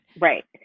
right